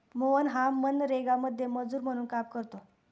मोहन हा मनरेगामध्ये मजूर म्हणून काम करतो